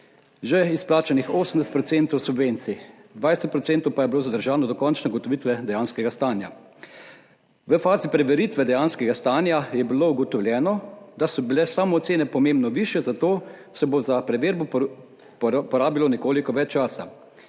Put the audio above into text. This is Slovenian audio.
že izplačanih 80 % subvencij, 20 % pa je bilo zadržanih do končne ugotovitve dejanskega stanja. V fazi preveritve dejanskega stanja je bilo ugotovljeno, da so bile samoocene pomembno višje, zato se bo za preverbo porabilo nekoliko več časa.